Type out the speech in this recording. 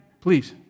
please